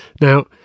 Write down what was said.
Now